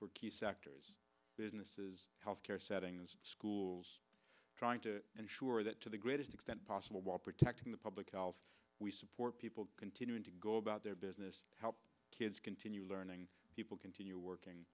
for key sectors businesses health care settings schools trying to ensure that to the greatest extent possible while protecting the public health we support people continuing to go about their business help kids continue learning people continue working